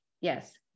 Yes